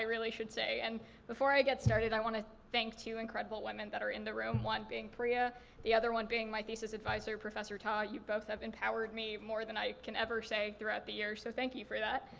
really should say. and before i get started i want to thank two incredible women that are in the room, one being priya the other being my thesis advisor, professor taw, you both have empowered me more than i can ever say throughout the year. so thank you for that.